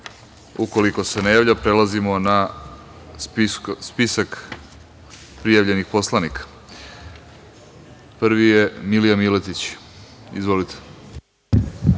reč? Ukoliko se ne javlja, prelazimo na spisak prijavljenih poslanika. Prvi je Milija Miletić. Izvolite.